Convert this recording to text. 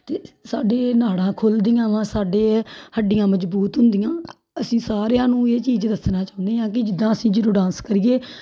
ਅਤੇ ਸਾਡੀਆਂ ਨਾੜਾਂ ਖੁੱਲ੍ਹਦੀਆਂ ਵਾ ਸਾਡੇ ਹੱਡੀਆਂ ਮਜ਼ਬੂਤ ਹੁੰਦੀਆਂ ਅਸੀਂ ਸਾਰਿਆਂ ਨੂੰ ਇਹ ਚੀਜ਼ ਦੱਸਣਾ ਚਾਹੁੰਦੇ ਹਾਂ ਕਿ ਜਿੱਦਾਂ ਅਸੀਂ ਜਦੋਂ ਡਾਂਸ ਕਰੀਏ